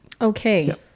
Okay